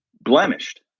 blemished